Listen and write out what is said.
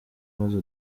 maze